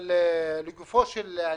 אבל לגופו של העניין,